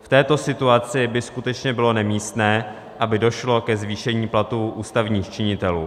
V této situaci by skutečně bylo nemístné, aby došlo ke zvýšení platů ústavních činitelů.